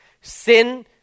Sin